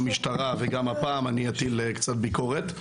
המשטרה וגם הפעם אני אטיל קצת ביקורת.